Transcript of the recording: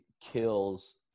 kills